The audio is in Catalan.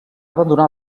abandonar